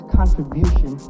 contribution